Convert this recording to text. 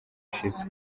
ushize